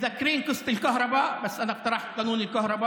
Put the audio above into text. אתם זוכרים את סיפור החשמל?